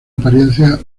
apariencia